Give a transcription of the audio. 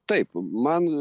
taip man